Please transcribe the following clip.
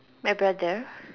my brother